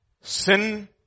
Sin